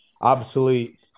obsolete